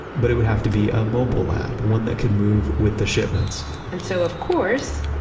but it would have to be a mobile lab, one that can move with the shipments and so of course,